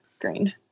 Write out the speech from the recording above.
green